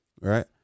right